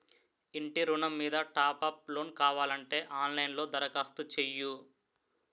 ఇంటి ఋణం మీద టాప్ అప్ లోను కావాలంటే ఆన్ లైన్ లో దరఖాస్తు చెయ్యు